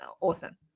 awesome